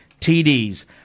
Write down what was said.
TDs